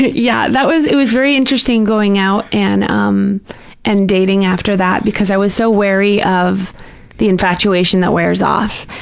yeah, that was, it was very interesting going out and um and dating after that because i was so wary of the infatuation that wears off,